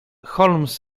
holmes